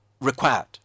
required